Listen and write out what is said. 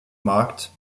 markt